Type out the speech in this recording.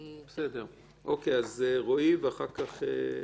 אז רועי, בבקשה.